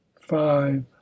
five